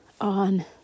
on